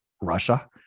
Russia